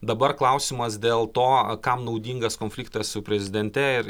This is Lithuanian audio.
dabar klausimas dėl to kam naudingas konfliktas su prezidente ir